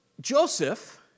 Joseph